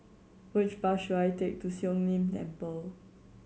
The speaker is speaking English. which bus should I take to Siong Lim Temple